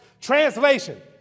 Translation